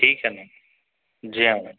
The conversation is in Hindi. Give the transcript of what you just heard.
ठीक है मैम जी हाँ मैम